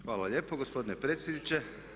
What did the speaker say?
Hvala lijepo gospodine predsjedniče.